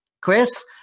Chris